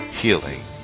healing